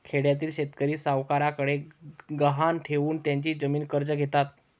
खेड्यातील शेतकरी सावकारांकडे गहाण ठेवून त्यांची जमीन कर्ज घेतात